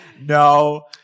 no